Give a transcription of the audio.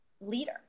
leader